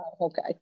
Okay